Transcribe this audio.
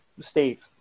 Steve